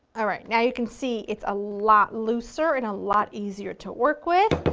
alright now you can see it's a lot looser, and a lot easier to work with.